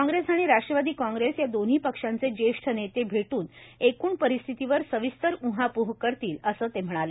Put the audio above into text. कांग्रेस आणि राष्ट्रवादी कांग्रेस या दोन्ही पक्षाचे ज्येष्ठ नेते भेटून एकूण परिस्थितीवर सविस्तर उहापोह करतील असं त्यांनी सांगितलं